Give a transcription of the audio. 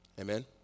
Amen